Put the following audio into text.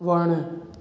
वणु